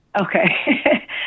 Okay